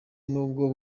nubwo